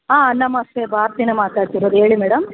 ಆಂ ನಮಸ್ತೆ ಭಾರತಿನೇ ಮಾತಾಡ್ತಿರೋದು ಹೇಳಿ ಮೇಡಮ್